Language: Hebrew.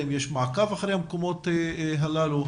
האם יש מעקב אחרי המקומות הללו?